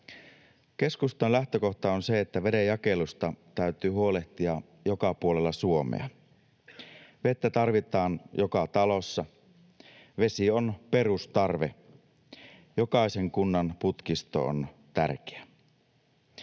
Keskustan lähtökohta on se, että veden jakelusta täytyy huolehtia joka puolella Suomea. Vettä tarvitaan joka talossa. Vesi on perustarve. Jokaisen kunnan putkisto on tärkeä.